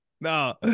no